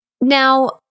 Now